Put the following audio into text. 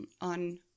on